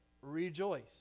rejoice